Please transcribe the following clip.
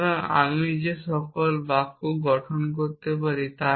সুতরাং আমি যে সকল বাক্য গঠন করতে পারি